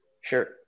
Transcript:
sure